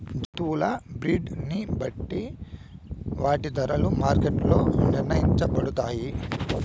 జంతువుల బ్రీడ్ ని బట్టి వాటి ధరలు మార్కెట్ లో నిర్ణయించబడతాయి